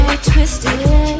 Twisted